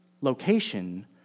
Location